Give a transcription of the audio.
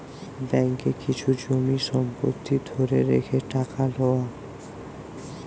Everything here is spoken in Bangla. ব্যাঙ্ককে কিছু জমি সম্পত্তি ধরে রেখে টাকা লওয়া